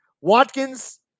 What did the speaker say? Watkins